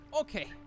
Okay